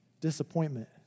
Disappointment